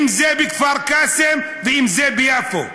אם זה בכפר קאסם ואם זה ביפו,